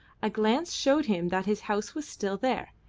a glance showed him that his house was still there,